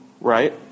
right